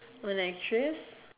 a actress